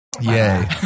yay